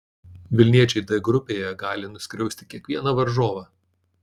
vilniečiai d grupėje gali nuskriausti kiekvieną varžovą